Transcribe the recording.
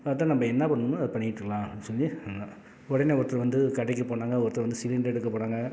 அடுத்தது நம்ம என்ன பண்ணுமோ அதை பண்ணிட்டுருக்கலாம் அப்டினு சொல்லி உடனே ஒருத்தர் வந்து கடைக்கு போனாங்க ஒருத்தர் வந்து சிலிண்டர் எடுக்க போனாங்க